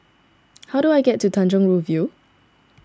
how do I get to Tanjong Rhu View